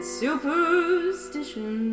superstition